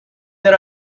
that